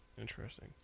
Interesting